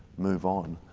move on,